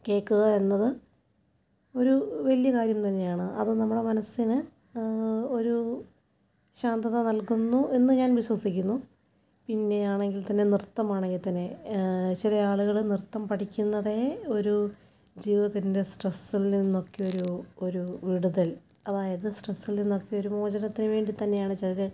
കേൾക്കുക എന്നത് ഒരു വലിയ കാര്യം തന്നെയാണ് അത് നമ്മുടെ മനസ്സിന് ഒരു ശാന്തത നൽകുന്നു എന്ന് ഞാൻ വിശ്വസിക്കുന്നു പിന്നെ ആണെങ്കിൽ തന്നെ നൃത്തം ആണെങ്കിൽ തന്നെ ചിലയാളുകൾ നൃത്തം പഠിക്കുന്നതേ ഒരു ജീവിതത്തിൻ്റെ സ്ട്രെസ്സിൽ നിന്നൊക്കെ ഒരു ഒരു വിടുതൽ അതായത് സ്ട്രെസ്സിൽ നിന്നൊക്കെ ഒരു മോചനത്തിന് വേണ്ടിത്തന്നെയാണ് ചിലർ